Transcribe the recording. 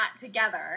together